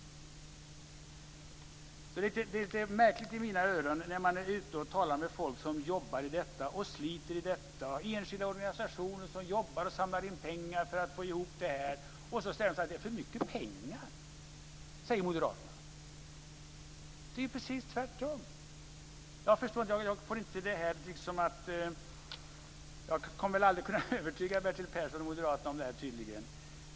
Det låter märkligt i mina öron, när jag talar med folk som jobbar och sliter med detta, människor som i enskilda organisationer samlar in pengar för att få ihop till det här, att moderaterna säger att det är för mycket pengar. Det är ju precis tvärtom! Jag förstår inte riktigt, och jag kommer väl aldrig att kunna övertyga Bertil Persson och moderaterna.